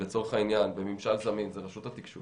לצורך העניין בממשל זמין זה רשות התקשוב